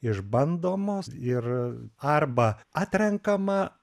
išbandomos ir arba atrenkama